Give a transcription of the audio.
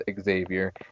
Xavier